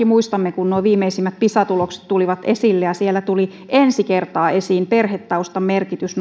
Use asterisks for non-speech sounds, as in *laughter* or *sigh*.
*unintelligible* muistamme että kun viimeisimmät pisa tulokset tulivat esille niin noissa pisa tuloksissa tuli ensi kertaa esiin perhetaustan merkitys *unintelligible*